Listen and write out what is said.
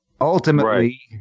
ultimately